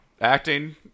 Acting